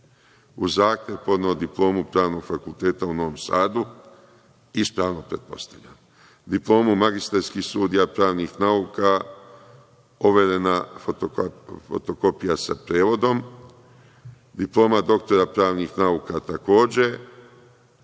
Uz zahtev podneo je diplomu Pravnog fakulteta u Novom Sadu ispravnu. Diplomu magistarskih studija pravnih nauka, overena fotokopija sa prevodom, diploma doktora pravnih nauka takođe,